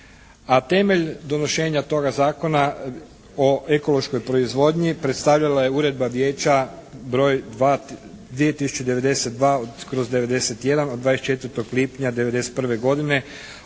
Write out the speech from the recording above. temelj donošenja toga Zakona o ekološkoj proizvodnji predstavljala je Uredba Vijeća br. 2092/91 od 24. lipnja 1991. godine